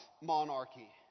monarchy